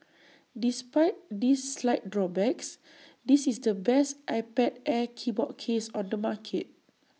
despite these slight drawbacks this is the best iPad air keyboard case on the market